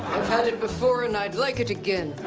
had it before and i'd like it again.